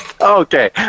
Okay